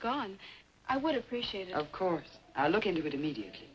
gone i would appreciate it of course i look into it immediately